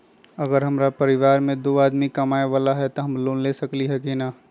अगर हमरा परिवार में दो आदमी कमाये वाला है त हम लोन ले सकेली की न?